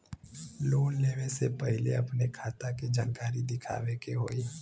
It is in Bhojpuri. लोन लेवे से पहिले अपने खाता के जानकारी दिखावे के होई?